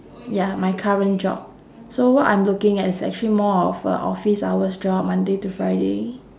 ya my current job so what I'm looking at is actually more of a office hour job monday to friday